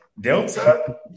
Delta